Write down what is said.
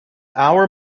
our